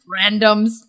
randoms